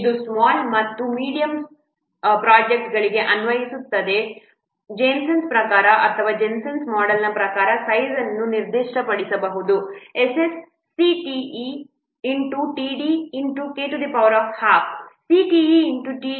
ಇದು ಸ್ಮಾಲ್ ಮತ್ತು medium size ಪ್ರೊಜೆಕ್ಟ್ಗಳಿಗೆ ಅನ್ವಯಿಸುವಂತೆ ಮಾಡುತ್ತದೆ ಜೆನ್ಸನ್ ಪ್ರಕಾರ ಅಥವಾ ಜೆನ್ಸನ್ ಮೋಡೆಲ್ನ ಪ್ರಕಾರ ಸೈಜ್ ಅನ್ನು ಹೀಗೆ ನಿರ್ದಿಷ್ಟಪಡಿಸಬಹುದು SS Cte td K12 Cte td K12